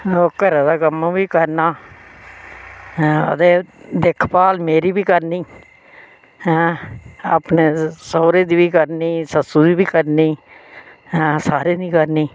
ओह् घरे दा कम्म बी करना ऐं ते दिक्ख भाल मेरी बी करनी ऐं अपने सोह्रे दी बी करनी सस्सू दी बी करनी ऐं सारें दी करनी